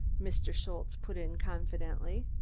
mr. schultze put in confidently.